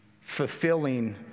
fulfilling